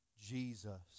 Jesus